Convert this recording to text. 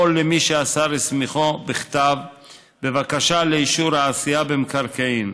אל מי שהשר הסמיכו בכתב בבקשה לאישור העשייה במקרקעין.